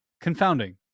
confounding